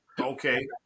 Okay